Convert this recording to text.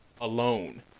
alone